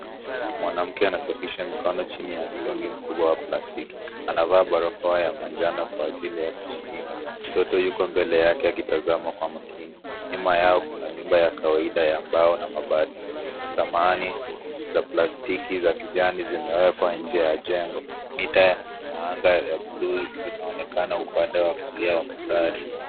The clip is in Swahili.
Mwanamke anasafisha mikono chini ya mtungi mkubwa wa plastiki, anavaa barakoa ya manjano kwa ajili ya kujikinga. Mtoto yuko mbele yake akitazama kwa makini. Nyuma yao kuna nyumba ya kawaida ya mbao na mabati. Samahani za plastiki za kijani zimewekwa nje ya jengo. Mita ya anga ya bluu vinaonekana upande wa kulia wa mandhari.